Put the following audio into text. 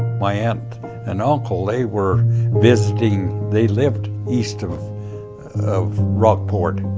my aunt and uncle, they were visiting. they lived east of of rockport,